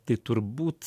tai turbūt